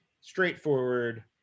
straightforward